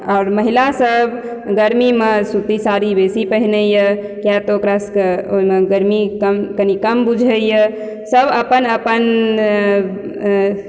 आओर महिला सब गर्मीमे सूती साड़ी बेसी पहिरैया कियाए तऽ ओकरा सबके ओहिमे गर्मी कम कनी कम बुझैया सब अपन अपन